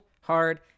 hard